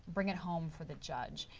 bring it home for the judge.